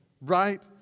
right